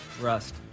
Rust